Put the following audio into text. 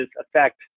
affect